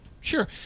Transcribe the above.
Sure